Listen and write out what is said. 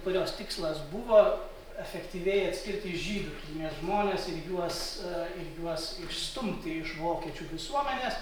kurios tikslas buvo efektyviai atskirti žydų kilmės žmones ir juos ir juos išstumti iš vokiečių visuomenės